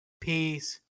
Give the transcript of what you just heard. Peace